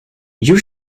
you